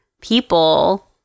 people